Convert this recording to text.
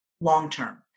long-term